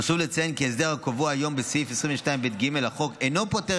חשוב לציין כי ההסדר הקבוע היום בסעיף 22ב(ג) לחוק אינו פוטר